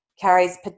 carries